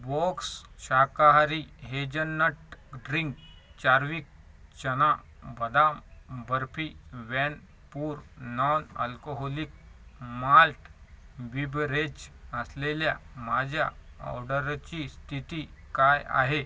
box शाकाहारी hazelnut drink चार्विक चना बदाम बर्फी व्हॅन पुर नॉन अल्कोहोलिक माल्ट बिबरेज असलेल्या माझ्या ऑर्डरची स्थिती काय आहे